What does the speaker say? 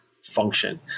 function